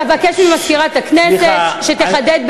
אבקש ממזכירת הכנסת שתחדד,